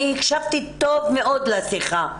אני הקשבתי טוב מאוד לשיחה.